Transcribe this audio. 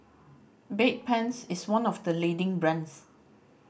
Bedpans is one of the leading brands